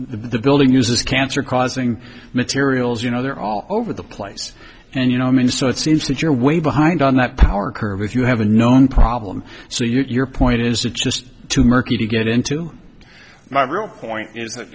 the building uses cancer causing materials you know they're all over the place and you know i mean so it seems that you're way behind on that power curve if you have a known problem so your point is it's just too murky to get into my real point i